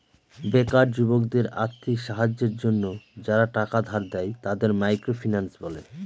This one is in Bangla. বেকার যুবকদের আর্থিক সাহায্যের জন্য যারা টাকা ধার দেয়, তাদের মাইক্রো ফিন্যান্স বলে